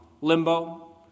limbo